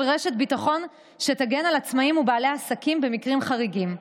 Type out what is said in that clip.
רשת ביטחון שתגן על עצמאים ובעלי עסקים במקרים חריגים.